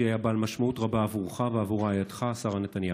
היה בעל משמעות רבה עבורך ועבור רעייתך שרה נתניהו,